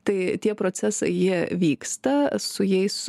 tai tie procesai jie vyksta su jais